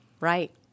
Right